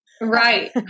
Right